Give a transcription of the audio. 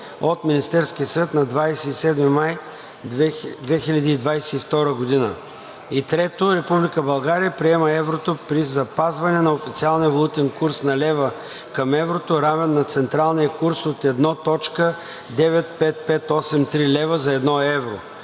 от Министерския съвет на 27 май 2022 г. 3. Република България приема еврото при запазване на официалния валутен курс на лева към еврото, равен на централния курс от 1,95583 лв. за едно